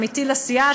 עמיתי לסיעה,